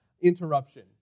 interruption